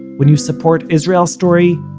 when you support israel story,